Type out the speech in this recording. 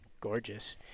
Gorgeous